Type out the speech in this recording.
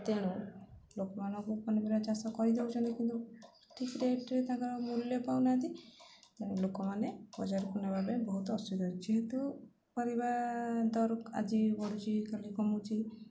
ତେଣୁ ଲୋକମାନଙ୍କୁ ପନିପରିବା ଚାଷ କରିଦେଉଛନ୍ତି କିନ୍ତୁ ଠିକ୍ ରେଟ୍ରେ ତାଙ୍କର ମୂଲ୍ୟ ପାଉନାହାନ୍ତି ତେଣୁ ଲୋକମାନେ ବଜାରକୁ ନେବା ବହୁତ ଅସୁବିଧା ହେଉଛି ଯେହେତୁ ପରିବା ଦର ଆଜି ବଢ଼ୁଛି ଖାଲି କମୁଛି